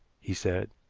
he said.